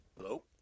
Hello